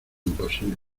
imposible